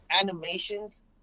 animations